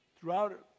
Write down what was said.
Throughout